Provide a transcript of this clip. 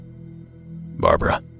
Barbara